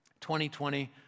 2020